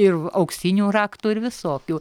ir auksinių raktų ir visokių